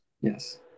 Yes